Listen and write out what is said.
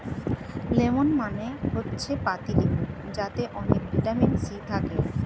lemon মানে হচ্ছে পাতিলেবু যাতে অনেক ভিটামিন সি থাকে